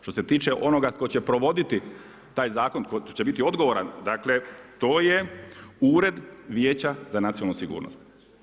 Što se tiče onoga tko će provoditi taj zakon, tko će biti odgovoran, dakle to je Ured vijeća za nacionalnu sigurnost.